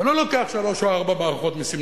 ולא לוקח שלוש או ארבע מערכות מסים.